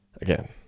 Again